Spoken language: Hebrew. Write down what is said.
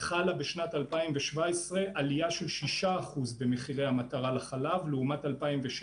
בשנת 2017 חלה עלייה של 6% במחירי המטרה לחלב לעומת 2016